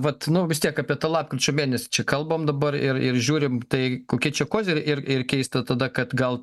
vat nu vis tiek apie tą lapkričio mėnesį čia kalbam dabar ir ir žiūrim tai kokie čia koziriai ir ir keista tada kad gal